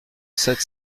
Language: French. sept